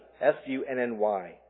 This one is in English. S-U-N-N-Y